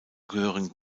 gehören